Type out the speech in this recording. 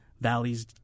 valleys